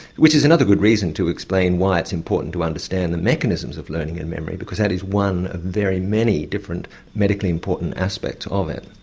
which is another good reason to explain why it's important to understand the mechanisms of learning and memory because that is one of very many different medically important aspects of it.